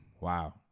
Wow